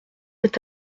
est